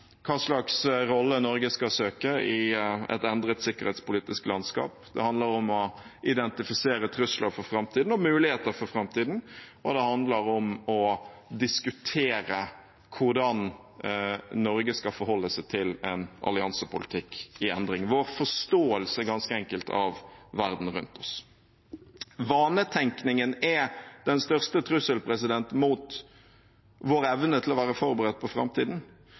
rolle Norge skal søke i et endret sikkerhetspolitisk landskap, det handler om å identifisere trusler for framtiden – og muligheter for framtiden – og det handler om å diskutere hvordan Norge skal forholde seg til en alliansepolitikk i endring: ganske enkelt vår forståelse av verden rundt oss. Vanetenkningen er den største trusselen mot vår evne til å være forberedt på framtiden,